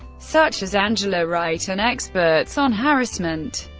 such as angela wright and experts on harassment.